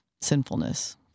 sinfulness